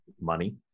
money